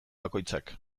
bakoitzak